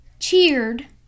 cheered